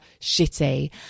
shitty